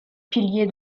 pilier